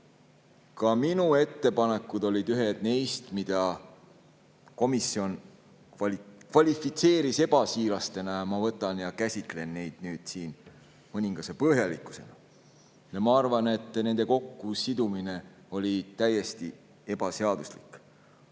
Ka minu ettepanekud olid ühed neist, mille komisjon kvalifitseeris ebasiirasteks. Ma võtan ja käsitlen neid nüüd siin mõningase põhjalikkusega. Ma arvan, et nende kokkusidumine oli täiesti ebaseaduslik.